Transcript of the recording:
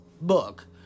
book